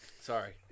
Sorry